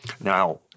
Now